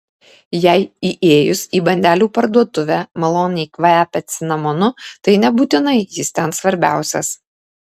jei įėjus į bandelių parduotuvę maloniai kvepia cinamonu tai nebūtinai jis ten svarbiausias